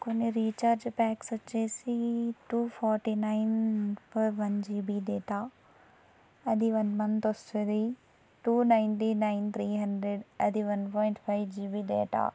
కొన్ని recharge packs వచ్చి two forty nine for one GB data అది వన్ మంత్ వస్తుంది two ninety nine three hundred అది one point five GB data